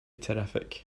terrific